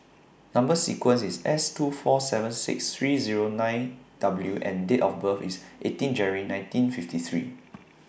Number sequence IS S two four seven six three Zero nine W and Date of birth IS eighteen January nineteen fifty three